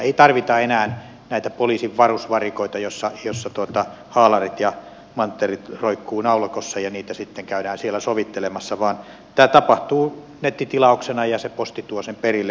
ei tarvita enää näitä poliisin varusvarikoita joissa haalarit ja manttelit roikkuvat naulakossa ja niitä sitten käydään siellä sovittelemassa vaan tämä tapahtuu nettitilauksena ja se posti tuo sen perille